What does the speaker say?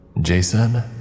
Jason